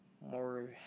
more